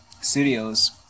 studios